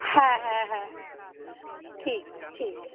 হ্যাঁ হ্যাঁ হ্যাঁ ঠিক ঠিক আছে